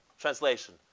translation